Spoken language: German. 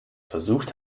versucht